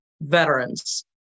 veterans